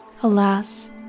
Alas